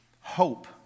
hope